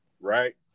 right